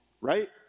right